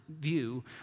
view